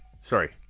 Sorry